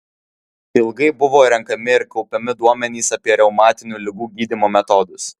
ilgai buvo renkami ir kaupiami duomenys apie reumatinių ligų gydymo metodus